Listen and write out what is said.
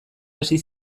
hasi